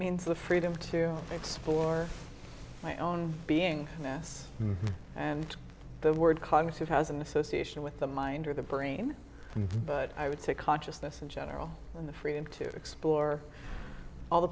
means the freedom to explore my own being yes and the word cognitive has an association with the mind or the brain but i would say consciousness in general and the freedom to explore all the